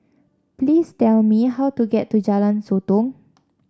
please tell me how to get to Jalan Sotong